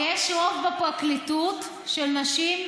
יש בפרקליטות רוב של נשים.